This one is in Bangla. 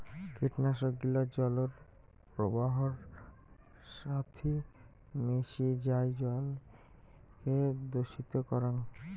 কীটনাশক গিলা জলর প্রবাহর সাথি মিশি যাই জলকে দূষিত করাং